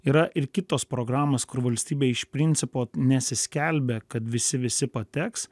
yra ir kitos programos kur valstybė iš principo nesiskelbia kad visi visi pateks